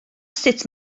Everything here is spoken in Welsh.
sut